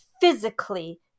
physically